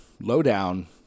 Lowdown